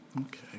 Okay